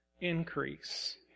increase